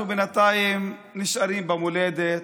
אנחנו בינתיים נשארים במולדת,